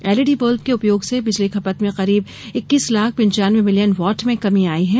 LED bulb के उपयोग से बिजली खपत में करीब इक्कीस लाख पिन्व्यानवे मिलयन वाट में कमी आई है